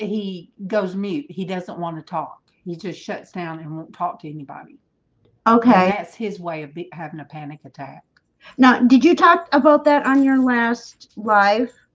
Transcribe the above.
he goes mute. he doesn't want to talk. he just shuts down and won't talk to anybody okay, that's his way of having a panic attack no. did you talk about that on your last live?